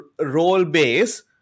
role-based